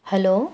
hello